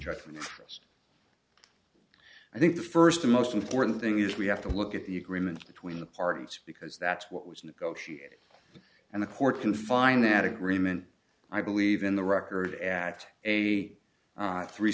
years i think the first the most important thing is we have to look at the agreements between the parties because that's what was negotiated and the court can find that agreement i believe in the record at a three